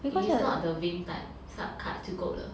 it is not the vein type sub cut 就够了